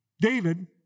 David